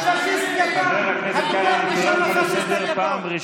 מחר בערב זה חג חנוכה של היהודים,